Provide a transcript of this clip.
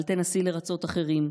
אל תנסי לרצות אחרים,